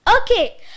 Okay